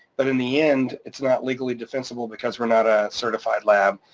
but in the end, it's not legally defensible because we're not a certified lab,